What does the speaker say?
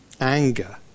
anger